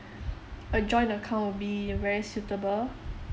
a joint account would be very suitable